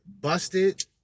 busted